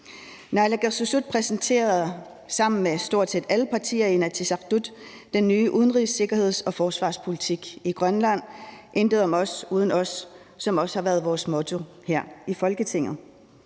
Naalakkersuisut præsenterede sammen med stort set alle partier i Inatsisartut den nye udenrigs-, sikkerheds- og forsvarspolitik i Grønland, »Intet om os, uden os«, som også har været vores motto her i Folketinget.